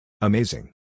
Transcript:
Amazing